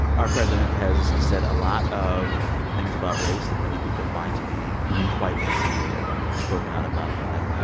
our president has said a lot of things about race that many people find to be quite incendiary. and you've spoken out about that.